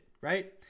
right